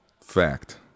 fact